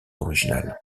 originales